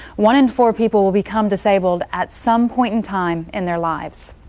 one in four people will become disabled at some point in time in their lives.